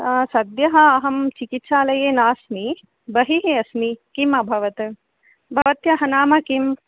सद्यः अहं चिकित्सालये नास्मि बहिः अस्मि किम् अभवत भवत्याः नाम किम्